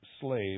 slave